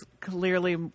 clearly